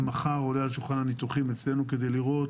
זה עולה על שולחן הניתוחים אצלנו כדי לראות